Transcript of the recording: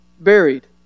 buried